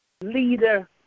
leader